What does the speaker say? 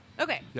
Okay